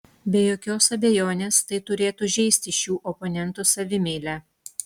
be jokios abejonės tai turėtų žeisti šių oponentų savimeilę